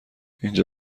اینجا